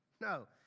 no